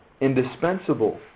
indispensable